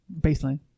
Baseline